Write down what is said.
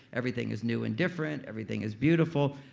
everything is new and different. everything is beautiful.